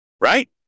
Right